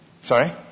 Sorry